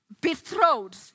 betrothed